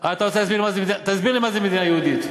אתה רוצה להסביר לי, תסביר לי מה זה מדינה יהודית.